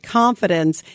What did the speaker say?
confidence